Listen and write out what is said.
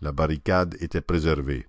la barricade était préservée